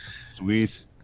Sweet